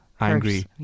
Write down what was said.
angry